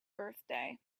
birthday